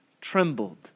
trembled